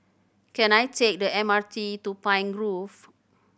can I take the M R T to Pine Grove